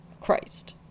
Christ